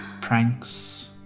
Pranks